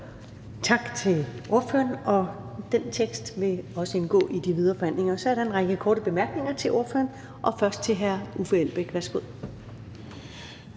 Tak til ordføreren, og den tekst vil også indgå i de videre forhandlinger. Så er der en række korte bemærkninger til ordføreren. Først er det hr. Uffe Elbæk. Værsgo.